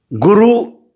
Guru